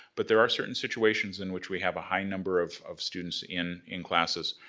but there are certain situations in which we have a high number of of students in in classes.